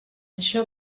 això